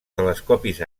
telescopis